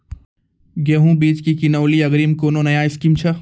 गेहूँ बीज की किनैली अग्रिम कोनो नया स्कीम छ?